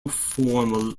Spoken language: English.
formal